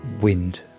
wind